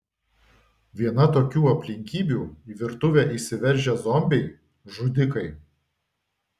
viena tokių aplinkybių į virtuvę įsiveržę zombiai žudikai